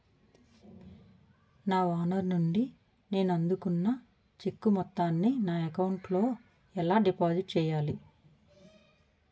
నా ఓనర్ నుండి నేను అందుకున్న చెక్కు మొత్తాన్ని నా అకౌంట్ లోఎలా డిపాజిట్ చేయాలి?